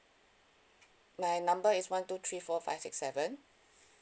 my number is one two three four five six seven